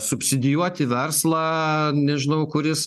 subsidijuoti verslą nežinau kuris